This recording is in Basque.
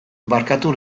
barkatu